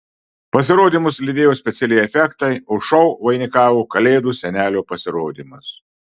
pasirodymus lydėjo specialieji efektai o šou vainikavo kalėdų senelio pasirodymas